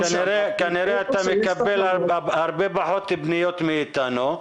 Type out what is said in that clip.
כנראה אתה מקבל הרבה פחות פניות מאיתנו.